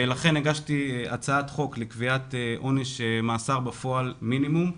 לכן הגשתי הצעת חוק לקביעת עונש מאסר בפועל מינימום.